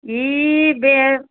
जि बे